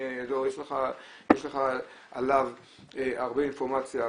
יש לך עליו הרבה אינפורמציה.